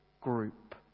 group